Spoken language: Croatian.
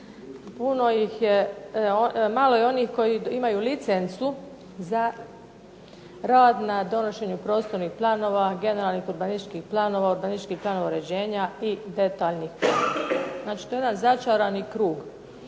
biroi, malo ih je onih koji imaju licencu za rad na donošenju prostornih planova, generalnih urbanističkih planova, urbanističkih planova uređenja i detaljnih. Znači to je začarani krug,